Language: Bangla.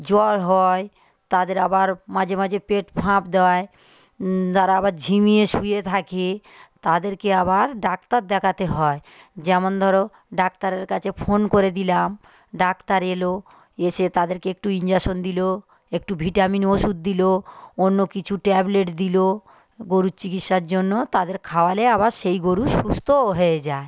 জ্বর হয় তাদের আবার মাঝে মাঝে পেট ফাঁপ দেয় তারা আবার ঝিমিয়ে শুয়ে থাকে তাদেরকে আবার ডাক্তার দেখাতে হয় যেমন ধরো ডাক্তারের কাছে ফোন করে দিলাম ডাক্তার এলো এসে তাদেরকে একটু ইনজেকশন দিলো একটু ভিটামিন ওষুধ দিলো অন্য কিছু ট্যাবলেট দিলো গরুর চিকিসসার জন্য তাদের খাওয়ালে আবার সেই গরু সুস্থও হয়ে যায়